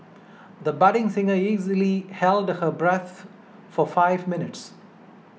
the budding singer easily held her breath for five minutes